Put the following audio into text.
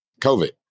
COVID